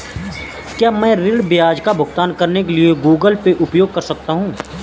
क्या मैं ऋण ब्याज का भुगतान करने के लिए गूगल पे उपयोग कर सकता हूं?